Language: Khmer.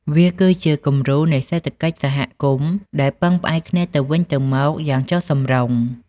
វាគឺជាគំរូនៃសេដ្ឋកិច្ចសហគមន៍ដែលពឹងផ្អែកគ្នាទៅវិញទៅមកយ៉ាងចុះសម្រុង។